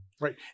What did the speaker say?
Right